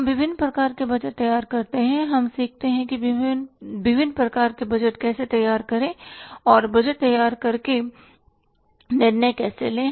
हम विभिन्न प्रकार के बजट तैयार करते हैं हम सीखते हैं कि विभिन्न प्रकार के बजट कैसे तैयार करें और बजट तैयार करके निर्णय कैसे लें